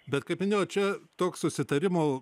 bet kaip minėjau čia toks susitarimo